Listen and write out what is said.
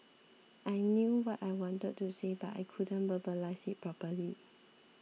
I knew what I wanted to say but I couldn't verbalise it properly